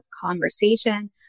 conversation